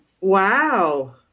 Wow